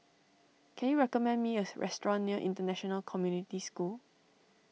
can you recommend me a restaurant near International Community School